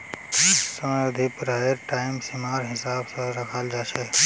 समयावधि पढ़ाईर टाइम सीमार हिसाब स रखाल जा छेक